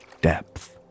depth